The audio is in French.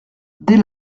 des